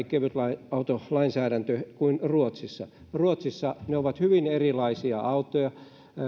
kevytautolainsäädäntö kuin ruotsissa ruotsissa ne ovat hyvin erilaisia autoja